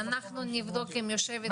אנחנו נבדוק עם יושבת ראש,